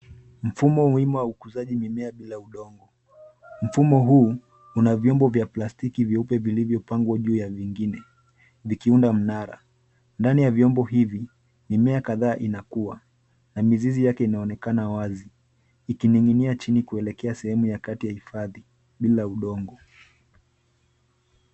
Mfumo wima wa ukuzaji mimea bila udongo. Mfumo huu, una vyombo vya plastiki vyeupe vilivyopangwa juu ya vingine, vikiunda mnara. Ndani ya vyombo hivi, mimea kadhaa inakua, na mizizi yake inaonekana wazi, ikining'inia chini kuelekea sehemu ya kati ya hifadhi, bila udongo.